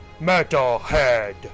Metalhead